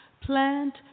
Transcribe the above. Plant